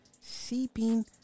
seeping